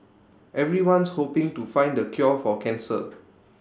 everyone's hoping to find the cure for cancer